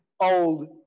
Old